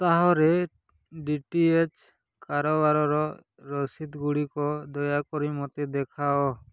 ସପ୍ତାହରେ D T H କାରବାରର ରସିଦ୍ଗୁଡ଼ିକ ଦୟାକରି ମୋତେ ଦେଖାଅ